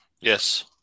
Yes